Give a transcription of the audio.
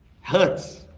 hurts